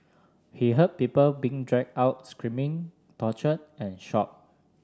he heard people being dragged out screaming tortured and shot